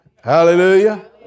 Hallelujah